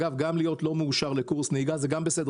אגב גם להיות לא מאושר לקורס נהיגה זה בסדר,